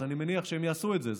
אז אני מניח שהם יעשו את זה.